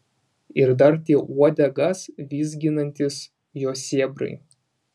ir dar tie uodegas vizginantys jo sėbrai